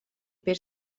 per